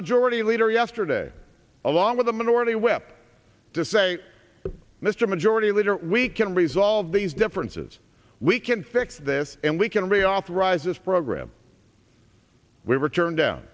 majority leader yesterday along with the minority whip to say mr majority leader we can resolve these differences we can fix this and we can reauthorize this program we were turned down